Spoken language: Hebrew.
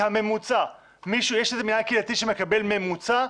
יש איזה מינהל קהילתי שמקבל ממוצע?